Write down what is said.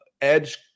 edge